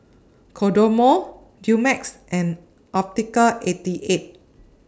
Kodomo Dumex and Optical eighty eight